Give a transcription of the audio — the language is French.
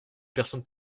personne